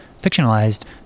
fictionalized